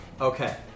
Okay